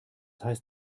heißt